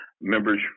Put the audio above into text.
members